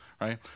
right